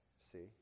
See